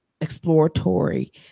exploratory